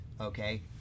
okay